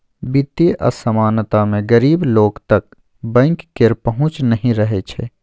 बित्तीय असमानता मे गरीब लोक तक बैंक केर पहुँच नहि रहय छै